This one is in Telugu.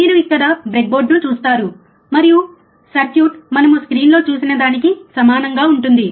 మీరు ఇక్కడ బ్రెడ్బోర్డును చూస్తారు మరియు సర్క్యూట్ మనము స్క్రీన్లో చూసినదానికి సమానంగా ఉంటుంది